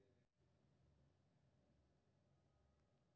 शलजम के बुआइ अगस्त के महीना मे कैल जाइ छै